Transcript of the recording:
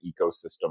ecosystem